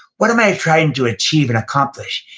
what am i trying to achieve and accomplish?